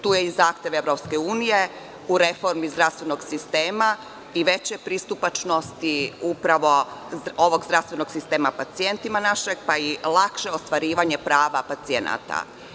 Tu je i zahtev EU u reformi zdravstvenog sistema i veće pristupačnosti upravo ovog zdravstvenog sistema pacijentima, pa i lakše ostvarivanje prava pacijenata.